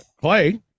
Clay